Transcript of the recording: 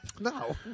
No